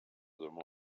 them